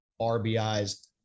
RBIs